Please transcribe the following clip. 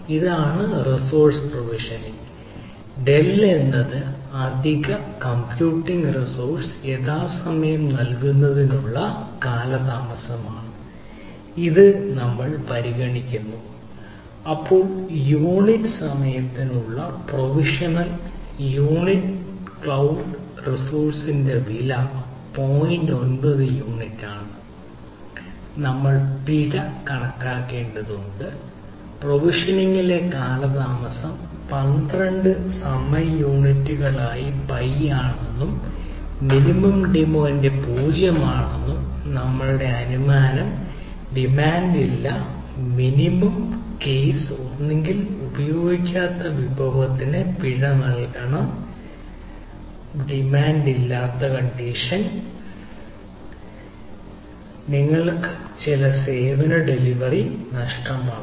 ഇതാണ് resource provisioning ഡെൽ നഷ്ടമാകും